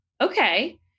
okay